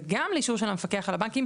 וגם לאישור של המפקח על הבנקים,